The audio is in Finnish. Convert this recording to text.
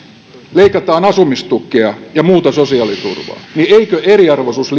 leikataan asumistukea ja muuta sosiaaliturvaa niin eikö eriarvoisuus